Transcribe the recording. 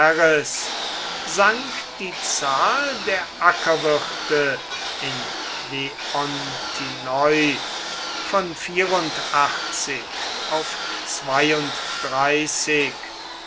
sank die zahl der ackerwirte in leontinoi von auf